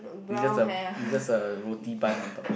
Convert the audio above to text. is just a is just a roti bun on top